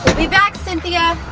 be back, cynthia.